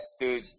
Dude